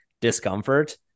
discomfort